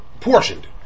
portioned